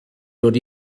dod